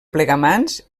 plegamans